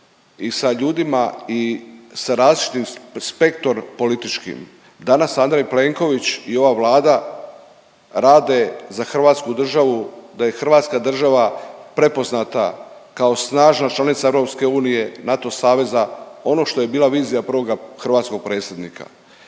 i sa ljudima i sa različitim spektrom političkim. Danas Andrej Plenković i ova Vlada rade za Hrvatsku državu da je Hrvatska država prepoznata kao snažna članica EU, NATO saveza, ono što je bila vizija prvoga hrvatskog predsjednika.